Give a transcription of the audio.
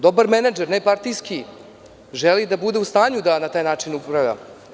Dobar menadžer, nepartijski, želi da bude u stanju da na taj način upravlja.